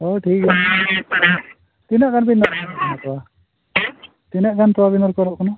ᱦᱳᱭ ᱴᱷᱤᱠ ᱜᱮᱭᱟ ᱛᱤᱱᱟᱹᱜ ᱜᱟᱱ ᱠᱚ ᱛᱤᱱᱟᱹᱜ ᱜᱟᱱ